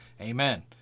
Amen